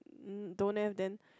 mm don't have then